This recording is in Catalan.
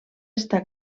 està